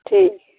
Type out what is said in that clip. ठीक